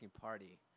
party